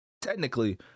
technically